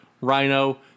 Rhino